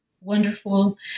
wonderful